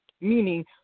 meaning